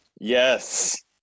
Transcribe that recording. yes